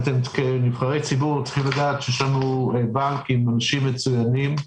כנבחרי ציבור עליכם לדעת שיש לנו בנק עם אנשים מצוינים.